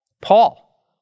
Paul